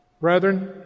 Brethren